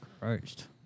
Christ